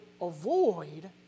avoid